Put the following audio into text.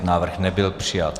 Návrh nebyl přijat.